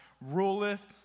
ruleth